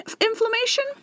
inflammation